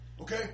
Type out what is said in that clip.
Okay